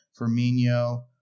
Firmino